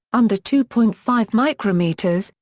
under two point five micrometres,